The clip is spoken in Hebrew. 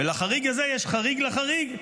ולחריג הזה חריג לחריג,